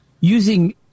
Using